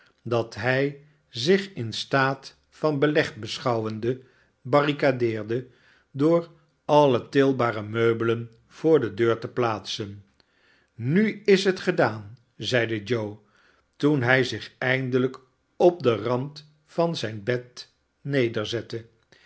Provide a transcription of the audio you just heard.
dat hij zich in staat van beleg beschouwende barricadeerde door alle tilbare meubelen voor de deur te plaatsen nu is het gedaan zeide joe toen hij zich eindelijk op den rand van zijn bed